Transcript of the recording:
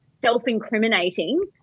self-incriminating